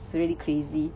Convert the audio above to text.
it's really crazy